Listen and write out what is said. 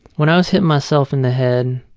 when i was hitting myself in the head,